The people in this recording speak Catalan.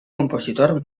compositor